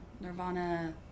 Nirvana